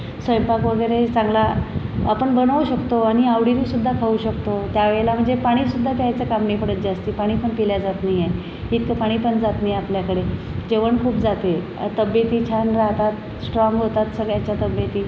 स्वयंपाक वगैरेही चांगला आपण बनवू शकतो आणि आवडीने सुद्धा खाऊ शकतो त्या वेळेला म्हणजे पाणीसुद्धा प्यायचं काम नाही पडत जास्ती पाणी पण पिल्या जात नाहिये इतकं पाणी पण जात नाही आपल्याकडे जेवण खूप जाते अ तब्येती छान राहतात स्ट्रॉन्ग होतात सगळ्याच्या तब्येती